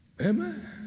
Amen